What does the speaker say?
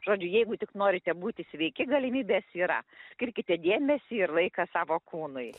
žodžiu jeigu tik norite būti sveiki galimybės yra skirkite dėmesį ir laiką savo kūnui